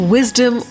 Wisdom